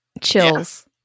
Chills